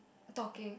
talking